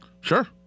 Sure